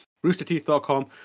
roosterteeth.com